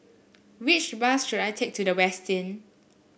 which bus should I take to The Westin